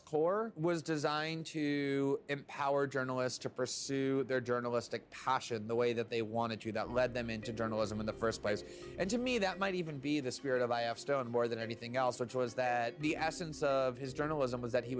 its core was designed to empower journalists to pursue their journalistic passion the way that they wanted to that led them into journalism in the st place and to me that might even be the spirit of i f stone more than anything else which was that the essence of his journalism was that he